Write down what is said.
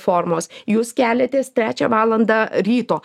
formos jūs keliatės trečią valandą ryto